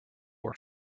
were